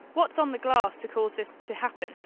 what's on the glass to cause this to happen?